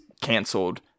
canceled